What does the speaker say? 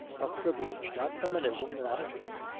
a privilege not feminism, an attitude.